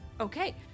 Okay